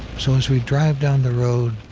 so as we drive down the road,